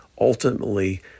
ultimately